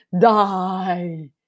die